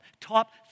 Top